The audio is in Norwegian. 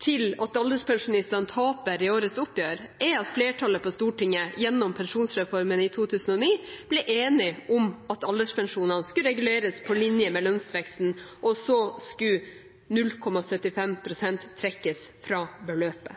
til at alderspensjonistene taper i årets oppgjør, er at flertallet på Stortinget ved pensjonsreformen i 2009 ble enig om at alderspensjonene skulle reguleres på linje med lønnsveksten, og så skulle 0,75 pst. trekkes fra beløpet.